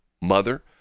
mother